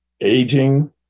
aging